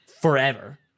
forever